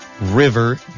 River